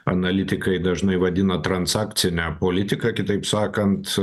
analitikai dažnai vadina transakcine politika kitaip sakant